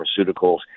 pharmaceuticals